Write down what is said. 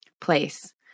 place